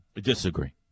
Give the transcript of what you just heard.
Disagree